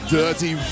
dirty